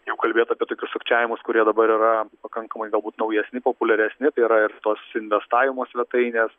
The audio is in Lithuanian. jeigu kalbėt apie tokius sukčiavimus kurie dabar yra pakankamai galbūt naujesni populiaresni tai yra ir tos investavimo svetainės